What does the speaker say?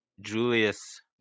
Julius